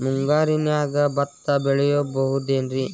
ಮುಂಗಾರಿನ್ಯಾಗ ಭತ್ತ ಬೆಳಿಬೊದೇನ್ರೇ?